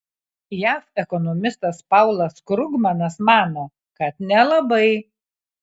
jav ekonomistas paulas krugmanas mano kad nelabai